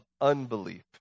Unbelief